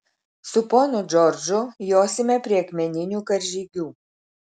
su ponu džordžu josime prie akmeninių karžygių